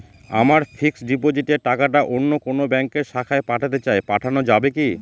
আমার ফিক্সট ডিপোজিটের টাকাটা অন্য কোন ব্যঙ্কের শাখায় পাঠাতে চাই পাঠানো যাবে কি?